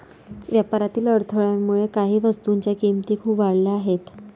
व्यापारातील अडथळ्यामुळे काही वस्तूंच्या किमती खूप वाढल्या आहेत